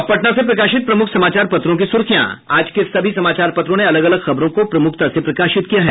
अब पटना से प्रकाशित प्रमुख समाचार पत्रों की सुर्खियां आज के सभी समाचार पत्रों ने अलग अलग खबरों को प्रमुखता से प्रकाशित किया है